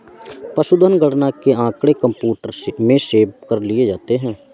पशुधन गणना के आँकड़े कंप्यूटर में सेव कर लिए जाते हैं